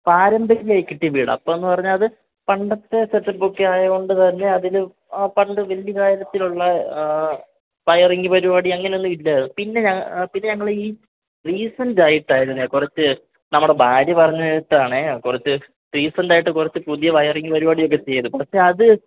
പാരമ്പര്യമായി കിട്ടിയ വീടാണ് അപ്പോൾ പറഞ്ഞാൽ അത് പണ്ടത്തെ സെറ്റപ്പൊക്കെ ആയത് കൊണ്ട് തന്നെ അതിന് പണ്ട് വലിയ കാര്യത്തിലുള്ള വയറിങ് പരിപാടി അങ്ങനെ ഒന്നും ഇല്ല പിന്നെ ഞങ്ങൾ പിന്നെ ഞങ്ങൾ ഈ റീസെൻറ്റായിട്ടായിരുന്നു കുറച്ച് നമ്മുടെ ഭാര്യ പറഞ്ഞിട്ടാണ് കുറച്ച് റീസെൻറ്റായിട്ട് കുറച്ച് പുതിയ വയറിങ് പരിപാടിയൊക്കെ ചെയ്തു പക്ഷെ അത്